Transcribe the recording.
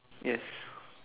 yes